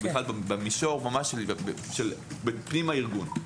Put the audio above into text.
אנו בפנים הארגון.